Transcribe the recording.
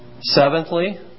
Seventhly